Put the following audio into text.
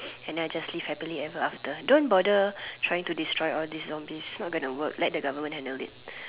and then I just live happily ever after don't bother trying to destroy all these zombies not going to work let the government handle it